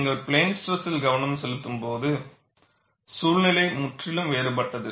நீங்கள் பிளேன் ஸ்ட்ரெஸில் கவனம் செலுத்தும் போது சூழ்நிலை முற்றிலும் வேறுபட்டது